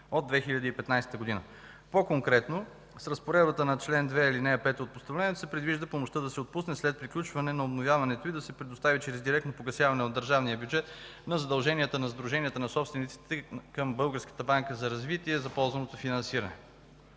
от 2015 г. По-конкретно, с разпоредбата на чл. 2, ал. 5 от Постановлението се предвижда помощта да се отпусне след приключване на обновяването и да се предостави чрез директно погасяване от държавния бюджет на задълженията на сдруженията на собствениците към Българската банка за развитие за ползваното финансиране.